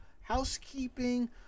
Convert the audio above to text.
Housekeeping